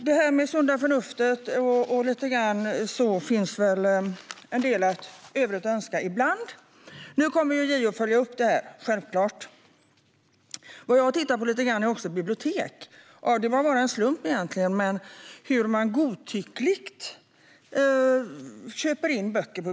Det här med sunt förnuft lämnar alltså ibland en del övrigt att önska, och JO kommer självklart att följa upp det här. Jag har även, egentligen av en slump, tittat lite grann på biblioteken och hur godtyckligt de köper in böcker.